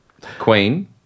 Queen